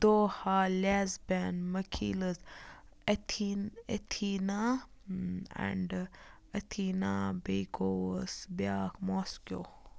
دوہا لیسپین مَکھیلٕز ایتھین ایتھینا ایٚنٛڈ ایتھینا بیٚیہِ گوس بیاکھ ماسکٮ۪و